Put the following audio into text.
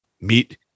Meet